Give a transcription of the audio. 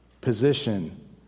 Position